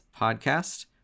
podcast